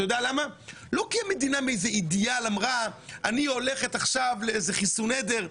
לא כי המדינה מאיזה אידיאל אמרה: אני הולכת עכשיו לחיסון עדר.